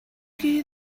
киһи